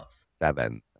seven